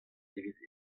evit